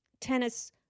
tennis